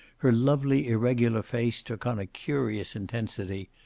her lovely, irregular face took on a curious intensity.